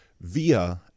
via